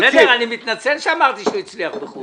--- בסדר, אני מתנצל שאמרתי שהוא הצליח בחו"ל.